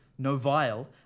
Novile